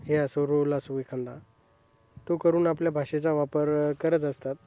हे असो रोल असो एखादा तो करून आपल्या भाषेचा वापर करत असतात